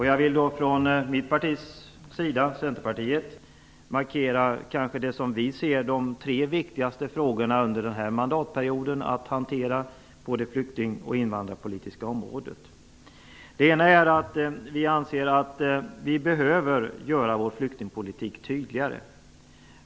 Jag vill då från mitt partis sida, Centerpartiet, markera det som vi ser som de kanske tre viktigaste frågorna under denna mandatperiod att hantera på både flykting och invandrarpolitiska området. Den första uppgiften gäller att flyktingpolitiken enligt vår uppfattning behöver göras tydligare.